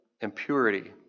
impurity